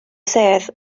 sedd